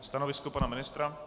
Stanovisko pana ministra?